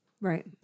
Right